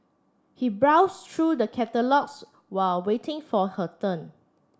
he browsed through the catalogues while waiting for her turn